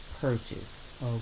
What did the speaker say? purchase